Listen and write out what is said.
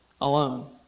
alone